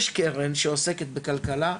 יש קרן שעוסקת בכלכלה,